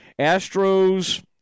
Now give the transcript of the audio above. Astros